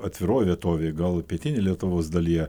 atviroj vietovėj gal pietinėj lietuvos dalyje